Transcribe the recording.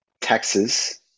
Texas